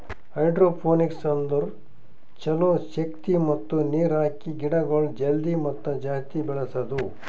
hydroponics ಅಂದುರ್ ಛಲೋ ಶಕ್ತಿ ಮತ್ತ ನೀರ್ ಹಾಕಿ ಗಿಡಗೊಳ್ ಜಲ್ದಿ ಮತ್ತ ಜಾಸ್ತಿ ಬೆಳೆಸದು